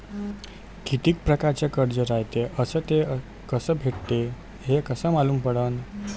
कितीक परकारचं कर्ज रायते अस ते कस भेटते, हे कस मालूम पडनं?